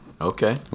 Okay